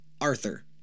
Arthur